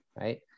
right